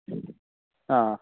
ಹಾಂ